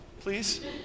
please